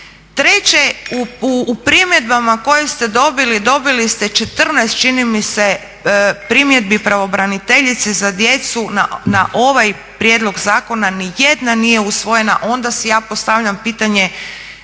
Treće, u primjedbama koje ste dobili, dobili ste 14 čini mi se primjedbi pravobraniteljice za djecu na ovaj prijedlog zakona, nijedna nije usvojena. Onda si ja postavljam pitanje,